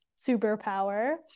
superpower